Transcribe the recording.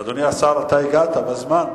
אדוני השר, אתה הגעת בזמן.